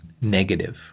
negative